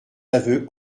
aveux